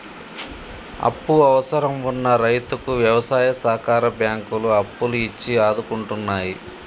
అప్పు అవసరం వున్న రైతుకు వ్యవసాయ సహకార బ్యాంకులు అప్పులు ఇచ్చి ఆదుకుంటున్నాయి